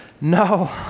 no